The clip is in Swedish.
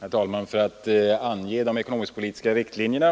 Herr talman! För att ange de ekonomisk-politiska riktlinjerna